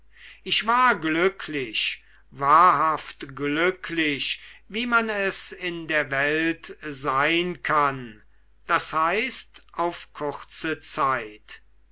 ich war glücklich wahrhaft glücklich wie man es in der welt sein kann das heißt auf kurze zeit